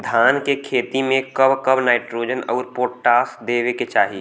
धान के खेती मे कब कब नाइट्रोजन अउर पोटाश देवे के चाही?